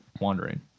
wandering